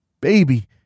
Baby